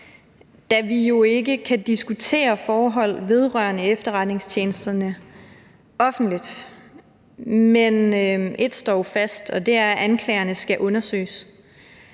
da vi ikke kan diskutere forhold vedrørende efterretningstjenesterne offentligt. Men ét står jo fast, og det er, at anklagerne skal undersøges.